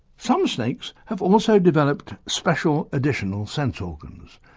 some snakes have also developed special additional sense organs.